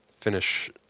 finish